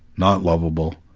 not loveable,